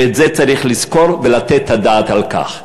ואת זה צריך לזכור ולתת את הדעת על כך.